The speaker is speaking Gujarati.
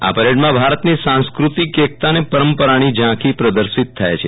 આ પરેડમાં ભારતની સાંસ્કૃતિક એકતા અને પરંપરાની ઝાંખી પ્રદર્શિત થાય છે